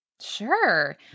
Sure